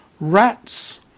rats